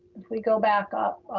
if we go back up,